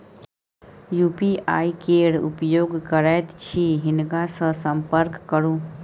UPI केर उपयोग करैत छी हिनका सँ संपर्क करु